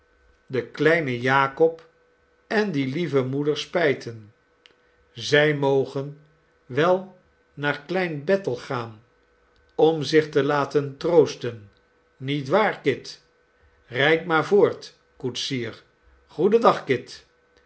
den kleinen jakob en die lieve moeder spijten zij mogen wel naar klein bethel gaan om zich te laten troosten niet waar kit rijd maar voort koetsier goedendag kit